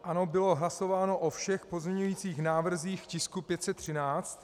Ano, bylo hlasováno o všech pozměňovacích návrzích k tisku 513.